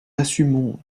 assumons